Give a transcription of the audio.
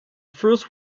first